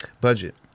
budget